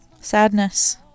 sadness